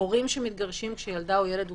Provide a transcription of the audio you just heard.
הורים שמתגרשים כשילדה או ילד בצבא,